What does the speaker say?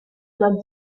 una